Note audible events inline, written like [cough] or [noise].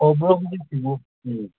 [unintelligible] ꯎꯝ